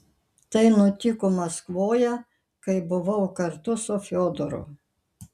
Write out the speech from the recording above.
tai nutiko maskvoje kai buvau kartu su fiodoru